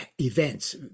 events